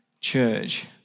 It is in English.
church